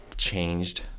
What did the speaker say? Changed